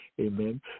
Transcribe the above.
amen